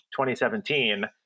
2017